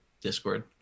discord